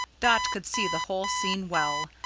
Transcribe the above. dot could see the whole scene well,